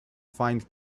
find